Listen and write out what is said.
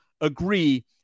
agree